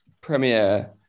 premiere